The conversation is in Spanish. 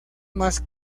más